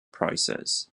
prices